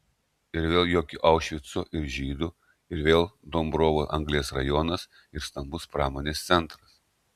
ir vėl jokio aušvico ir žydų ir vėl dombrovo anglies rajonas ir stambus pramonės centras